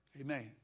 Amen